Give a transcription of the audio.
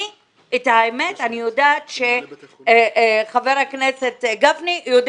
האמת היא שאני יודעת שחבר הכנסת גפני יודע